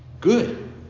good